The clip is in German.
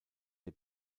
der